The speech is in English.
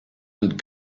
and